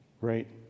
Right